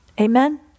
Amen